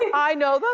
i know the